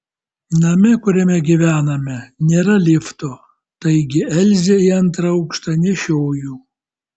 name kuriame gyvename nėra lifto taigi elzę į antrą aukštą nešioju